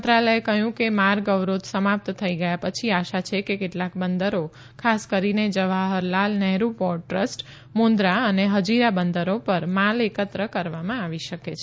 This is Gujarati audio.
મંત્રાલયે કહ્યું કે માર્ગ અવરોધ સમાપ્ત થઇ ગયા પછી આશા છે કે કેટલાક બંદરો ખાસ કરીને જવાહરલાલ નહેરૂ પોર્ટ ટ્રસ્ટ મુદ્રા અને હજીરા બંદરો પર માલ એકત્ર કરવામાં આવી શકે છે